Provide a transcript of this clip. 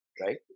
right